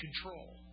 control